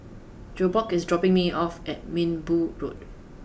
Jakob is dropping me off at Minbu Road